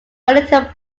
wellington